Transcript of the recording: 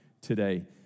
today